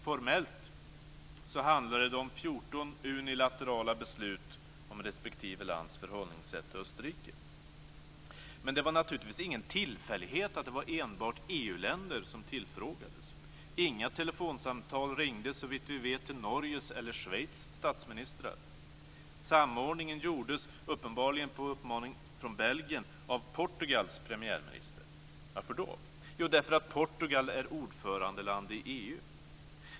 Formellt handlade det om 14 unilaterala beslut om respektive lands sätt att förhålla sig till Österrike. Men det var naturligtvis ingen tillfällighet att det enbart var EU-länder som tillfrågades. Inga telefonsamtal ringdes, såvitt vi vet, till Norges eller Schweiz statsministrar. Samordningen gjordes uppenbarligen på uppmaning från Belgien av Portugals premiärminister. Varför? Jo, därför att Portugal är ordförandeland i EU.